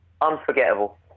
Unforgettable